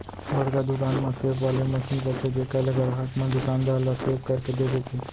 बड़का दुकान म स्वेप वाले मसीन रथे जेकर ले गराहक मन दुकानदार ल स्वेप करके दे देथे